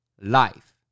life